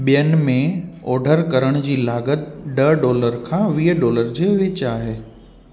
ॿियनि में ऑडर करण जी की लागत ॾह डॉलर खां वीह डॉलर जे विच आहे